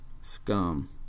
scum